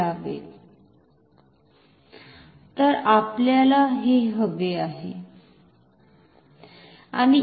तर आपल्याला हे हवे आहे